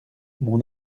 mon